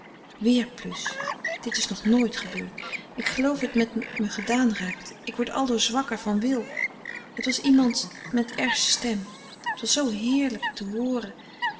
weer dit is nog nooit gebeurd ik geloof het met me gedaan raakt ik word aldoor zwakker van wil het was iemand met r s stem het was zoo heerlijk te hooren